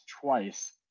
twice